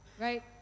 right